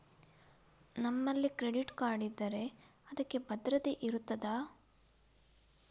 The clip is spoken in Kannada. ನಮ್ಮಲ್ಲಿ ಕ್ರೆಡಿಟ್ ಕಾರ್ಡ್ ಇದ್ದರೆ ಅದಕ್ಕೆ ಭದ್ರತೆ ಇರುತ್ತದಾ?